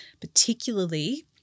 particularly